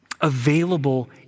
available